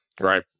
Right